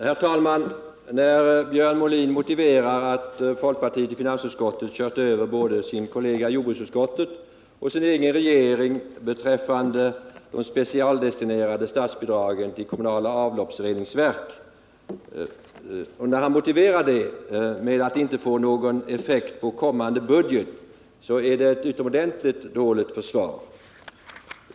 Herr talman! När Björn Molin motiverar att folkpartiet i finansutskottet kört över både partivännen i jordbruksutskottet och sin egen regering beträffande de specialdestinerade statsbidragen till kommunala avloppsreningsverk med att det inte får någon effekt på den kommande budgeten är det ett utomordentligt dåligt försvar.